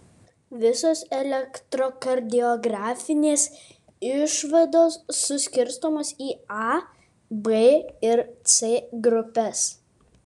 visos elektrokardiografinės išvados suskirstomos į a b ir c grupes